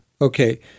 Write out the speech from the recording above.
Okay